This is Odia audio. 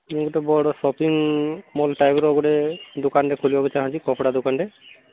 ବହୁତ ବଡ଼ ଶପିଙ୍ଗ୍ ମଲ୍ ଟାଇପ୍ର ଗୋଟେ ଦୋକାନଟେ ଖୋଲିବାକୁ ଚାହୁଁଛି କପଡ଼ା ଦୋକାନଟେ